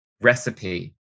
recipe